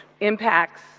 impacts